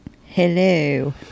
Hello